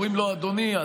אומרים לו: אדוני,